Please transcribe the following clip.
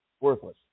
worthless